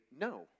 no